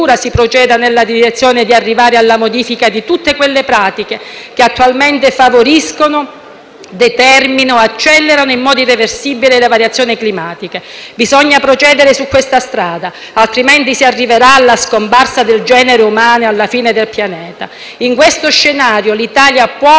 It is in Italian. determinano e accelerano in modo irreversibile le variazioni climatiche. Bisogna procedere su questa strada, altrimenti si arriverà alla scomparsa del genere umano e alla fine del pianeta. In questo scenario l'Italia può e deve essere parte attiva di tutte queste politiche di protezione del clima e dell'ambiente. Il sistema